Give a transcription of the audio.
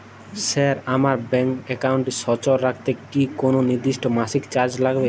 Sir আমার bank একাউন্টটি সচল রাখতে কি কোনো নির্দিষ্ট মাসিক চার্জ লাগবে?